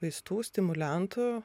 vaistų stimuliantų